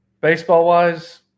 baseball-wise